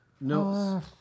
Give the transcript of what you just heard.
No